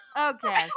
Okay